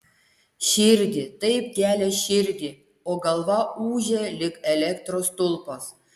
širdį taip gelia širdį o galva ūžia lyg elektros stulpas